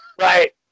Right